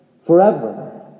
forever